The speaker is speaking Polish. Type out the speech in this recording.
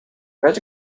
weź